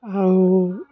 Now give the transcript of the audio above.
आं